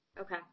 Okay